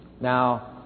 Now